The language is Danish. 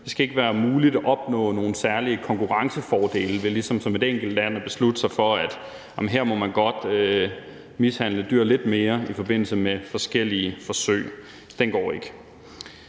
Det skal ikke være muligt at opnå nogle særlige konkurrencefordele ved som et enkelt land at beslutte sig for, at her må man gerne mishandle dyr lidt mere i forbindelse med forskellige forsøg. Den går ikke.